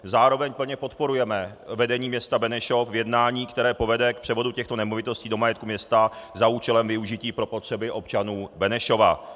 Zároveň plně podporujeme vedení města Benešov v jednání, které povede k převodu těchto nemovitostí do majetku města za účelem využití pro potřeby občanů Benešova.